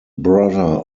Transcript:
brother